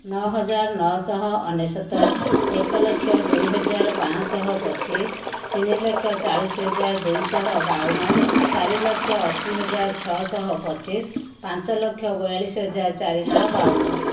ନଅହଜାର ନଅଶହ ଅନେଶତ ଏକ ଲକ୍ଷ ଦୁଇହଜାର ପାଞ୍ଚଶହ ପଚିଶ ତିନିଲକ୍ଷ ଚାଳିଶ ହଜାର ଦୁଇଶହ ବାବନ ଚାରିଲକ୍ଷ ଅଶୀହଜାର ଛଅଶହ ପଚିଶ ପାଞ୍ଚଲକ୍ଷ ବୟାଳିଶି ହଜାର ଚାରିଶହ ବାବନ